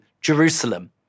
Jerusalem